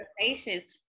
conversations